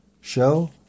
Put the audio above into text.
show